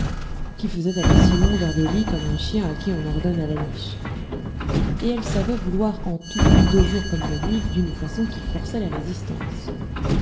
qui faisait aller simon vers le lit comme un chien à qui on ordonne à la niche et elle savait vouloir en tout de jour comme de nuit d'une façon qui forçait les résistances